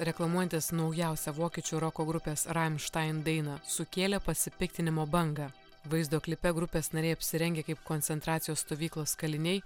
reklamuojantis naujausią vokiečių roko grupės rammstein dainą sukėlė pasipiktinimo bangą vaizdo klipe grupės nariai apsirengę kaip koncentracijos stovyklos kaliniai